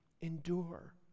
Endure